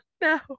No